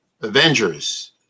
Avengers